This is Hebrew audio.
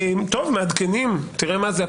תראה מה זה,